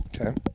Okay